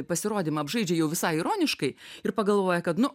pasirodymą apžaidžia jau visai ironiškai ir pagalvoja kad nu